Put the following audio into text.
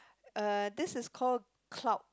uh this is call cloud